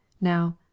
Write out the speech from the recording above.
Now